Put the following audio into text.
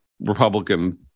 Republican